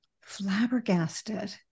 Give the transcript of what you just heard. flabbergasted